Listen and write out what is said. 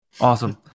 Awesome